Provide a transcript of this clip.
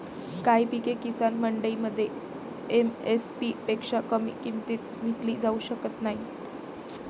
काही पिके किसान मंडईमध्ये एम.एस.पी पेक्षा कमी किमतीत विकली जाऊ शकत नाहीत